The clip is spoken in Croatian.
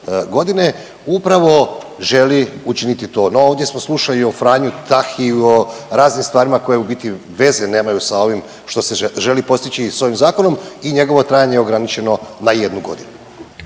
godine upravo želi učiniti to. No, ovdje smo slušali i o Franji Tahiju, o raznim stvarima koje u biti veze nemaju sa ovim što se želi postići sa ovim zakonom i njegovo trajanje je ograničeno na jednu godinu.